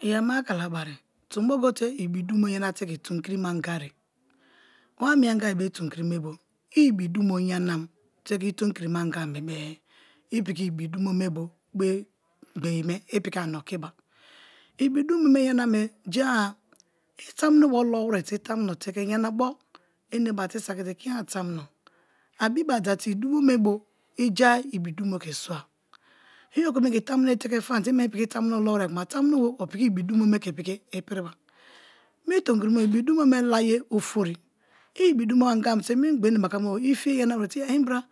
I ama kalabari tombo go te ibuduno yarate ke tomikiri ma anga ne wa mie anga tomikiri me be i ibi dumo yanam te ke i tomikiri angam bebre i piki dumo me bo gbeye me i piki ani okiba, ibi dumo me yana me jean-a tamuno be olowere i tamuno teke iyanabo enebate i saki te pa tamuno a bii-ba i dumo me bo i ja ibi dumo ke swa, i okome ke tamuno be teke famite i meni piki tamuno be olowere kuma tamuno be o piki ibi dumo me ke ipiriba. Mi tomi kirime ibi dumo ihe lage ofori i ibidumo anga te mingba enebaka me bo i fiye yana-a be-e ya inbia